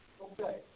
Okay